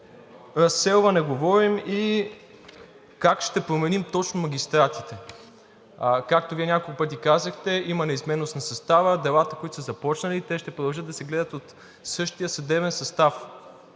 разселване говорим и как ще променим точно магистратите? Както Вие няколко пъти казахте, има неизменност на състава, делата, които са започнали, ще продължат да се гледат от същия съдебен състав.